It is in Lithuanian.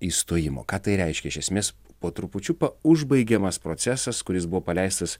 įstojimo ką tai reiškia iš esmės po trupučiuką užbaigiamas procesas kuris buvo paleistas